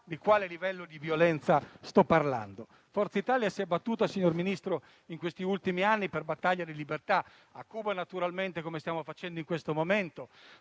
di quale livello di violenza sto parlando. Forza Italia si è battuta, signor Ministro, in questi ultimi anni per battaglie di libertà: a Cuba, naturalmente, come stiamo facendo in questo momento,